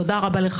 תודה רבה.